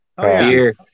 beer